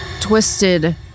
twisted